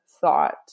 thought